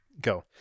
go